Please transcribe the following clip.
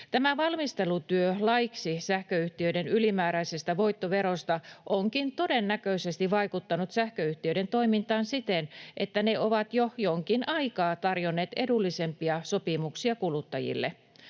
Tämä valmistelutyö laiksi sähköyhtiöiden ylimääräisestä voittoverosta onkin todennäköisesti vaikuttanut sähköyhtiöiden toimintaan siten, että ne ovat jo jonkin aikaa tarjonneet edullisempia sopimuksia kuluttajille.